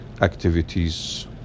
activities